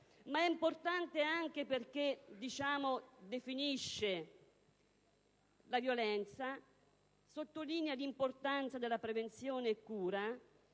essa è importante anche perché definisce la violenza, sottolinea l'importanza della prevenzione e cura,